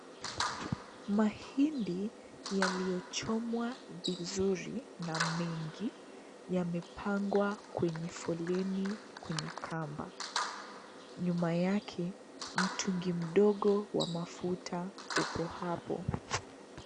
Mahindi yaliyochomwa vizuri na mengi yamepangwa kwenye foleni kwenye kamba. Nyuma yake, mtungi mdogo wa mafuta upo hapo.